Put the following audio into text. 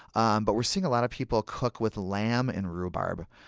and but we're seeing a lot of people cook with lamb and rhubarb.